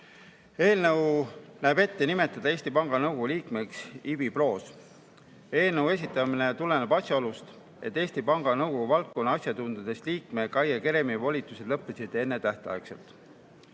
Eelnõu näeb ette nimetada Eesti Panga Nõukogu liikmeks Ivi Proos. Eelnõu esitamine tuleneb asjaolust, et Eesti Panga Nõukogu valdkonna asjatundjast liikme Kaie Keremi volitused lõppesid ennetähtaegselt. Eesti